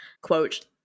Quote